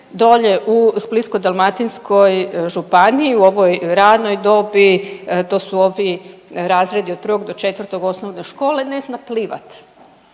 dolje u Splitsko-dalmatinskoj županiji u ovoj ranoj dobi, to su ovi razredi od 1 do 4 osnovne škole ne zna plivati.